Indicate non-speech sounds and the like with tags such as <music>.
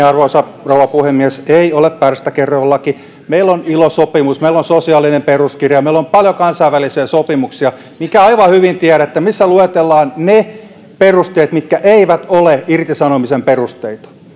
<unintelligible> arvoisa rouva puhemies ei ole pärstäkerroinlaki meillä on ilo sopimus meillä on sosiaalinen peruskirja meillä on paljon kansainvälisiä sopimuksia minkä aivan hyvin tiedätte missä luetellaan ne perusteet mitkä eivät ole irtisanomisen perusteita